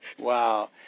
Wow